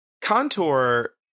Contour